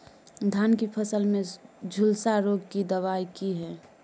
धान की फसल में झुलसा रोग की दबाय की हय?